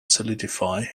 solidify